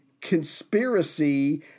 conspiracy